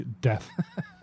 death